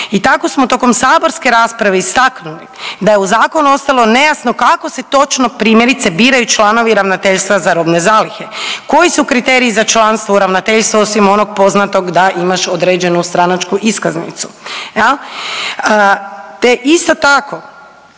i tako smo tokom saborske rasprave istaknuli da je u zakonu ostalo nejasno kako se točno, primjerice biraju članovi Ravnateljstva za robne zalihe, koji su kriteriji za članstvo u Ravnateljstvu osim onog poznatog da imaš određenu stranačku iskaznicu, te isto tako